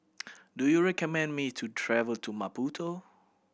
do you recommend me to travel to Maputo